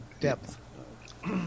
depth